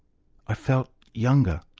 i felt younger,